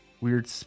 weird